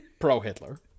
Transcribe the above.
Pro-Hitler